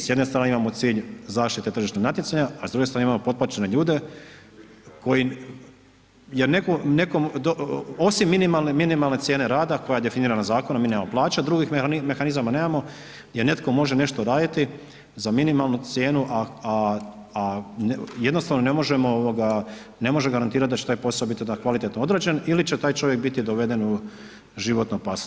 S jedne strane imamo cilj zaštite tržišnog natjecanja a s druge strane imamo potplaćene ljude koji osim minimalne cijene rada koja je definirana zakonom ... drugih mehanizama nemamo gdje netko može nešto raditi za minimalnu cijenu a jednostavno ne može garantirat da će taj posao biti onda kvalitetno odrađen ili će taj čovjek biti doveden u životnu opasnost.